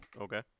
Okay